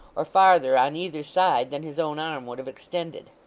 or farther on either side than his own arm would have extended.